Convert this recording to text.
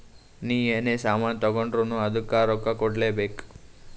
ನೀ ಎನೇ ಸಾಮಾನ್ ತಗೊಂಡುರ್ನೂ ಅದ್ದುಕ್ ರೊಕ್ಕಾ ಕೂಡ್ಲೇ ಬೇಕ್